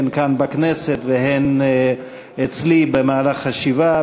הן כאן בכנסת והן אצלי במהלך השבעה.